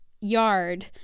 yard